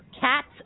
Cats